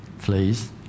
please